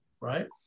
right